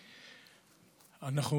אנחנו,